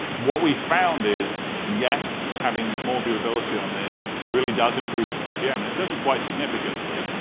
what we found is, yes, having more viewability on this really does improve the cpm, and it does it quite significantly.